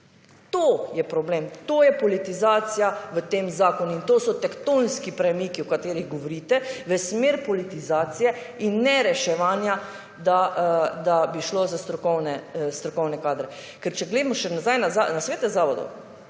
To je problem. To je politizacija v tem zakonu in to so tektonski premiki, o katerih govorite v smer politizacije in ne reševanja, da bi šlo za strokovne kadre. Ker če gremo še nazaj na svete zavodov